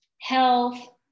health